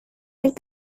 yang